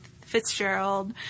Fitzgerald